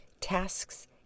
tasks